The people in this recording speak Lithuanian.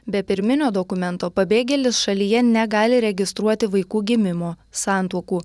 be pirminio dokumento pabėgėlis šalyje negali registruoti vaikų gimimo santuokų